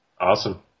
Awesome